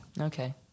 Okay